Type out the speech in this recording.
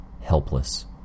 helpless